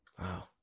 Wow